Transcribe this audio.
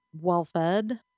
well-fed